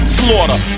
slaughter